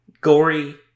gory